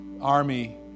army